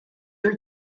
her